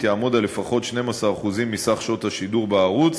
יעמוד על לפחות 12% מסך שעות השידור בערוץ,